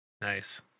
Nice